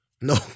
no